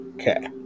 Okay